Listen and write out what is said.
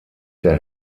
der